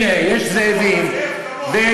הנה, יש זאבים, נכון, זאב כמוך.